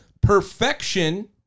Perfection